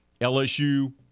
LSU